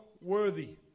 worthy